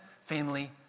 family